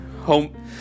home